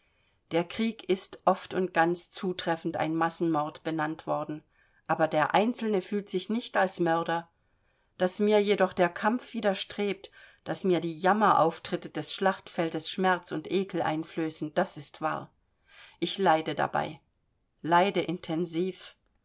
der krieg ist oft und ganz zutreffend ein massenmord benannt worden aber der einzelne fühlt sich nicht als mörder daß mir jedoch der kampf widerstrebt daß mir die jammerauftritte des schlachtfeldes schmerz und ekel einflößen das ist wahr ich leide dabei leide intensiv